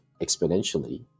exponentially